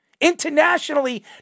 Internationally